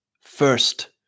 first